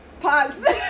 pause